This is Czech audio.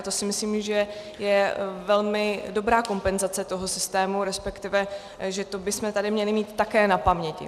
To si myslím, že je velmi dobrá kompenzace toho systému, resp. že to bychom tady měli mít také na paměti.